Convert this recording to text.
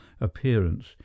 appearance